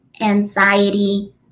anxiety